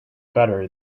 better